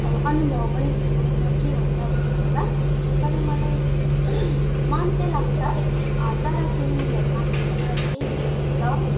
अनुभव पनि छैन यसमा के हुन्छ भन्ने कुरा तर मलाई मन चाहिँ लाग्छ चराचुरुङ्गीहरूमाथि चाहिँ मलाई इन्ट्रेस्ट छ